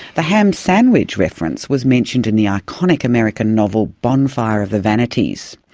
the ham sandwich reference was mentioned in the iconic american novel bonfire of the vanities.